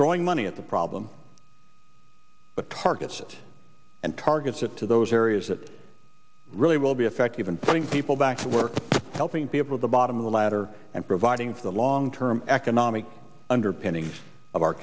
throwing money at the problem but targets and targeted to those areas that really will be effective in getting people back to work helping people the bottom of the ladder and providing for the long term economic underpinnings of